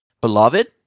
Beloved